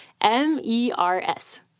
M-E-R-S